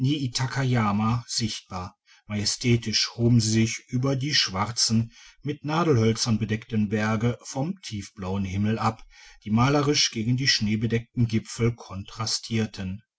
sichtbar majestätisch hoben sie sich über die schwarzen mit nadelhölzern bedeckten berge vom tiefblauen himmel ab die malerisch gegen die schneebedeckten gipfel